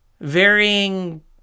varying